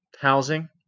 housing